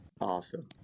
Awesome